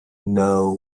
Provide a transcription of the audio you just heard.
know